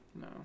No